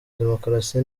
demokarasi